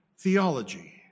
Theology